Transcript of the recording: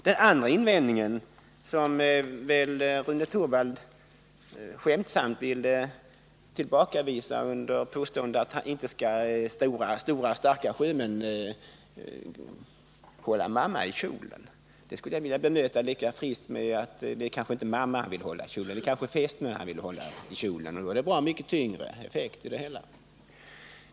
Den andra invändningen ville Rune Torwald skämtsamt tillbakavisa med påståendet att stora, starka sjömän inte skall hålla mamma i kjolen. Det vill jag bemöta lika friskt med att säga: Det kanske inte är mamma som sjömannen vill hålla i kjolen utan fästmön. Och då är effekten bra mycket tyngre.